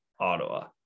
Ottawa